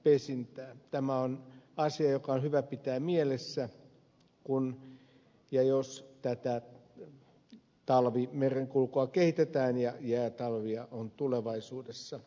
tämä on asia joka on hyvä pitää mielessä kun ja jos tätä talvimerenkulkua kehitetään ja jäätalvia on tulevaisuudessa